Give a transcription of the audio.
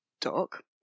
Doc